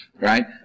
Right